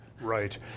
Right